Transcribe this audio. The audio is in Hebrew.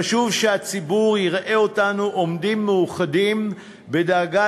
חשוב שהציבור יראה אותנו עומדים מאוחדים בדאגה